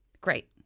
Great